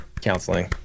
counseling